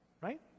right